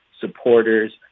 supporters